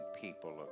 people